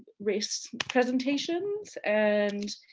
race presentations. and